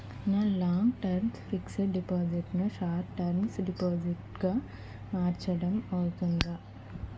నా long term fixed deposit ను short term deposit గా మార్చటం అవ్తుందా?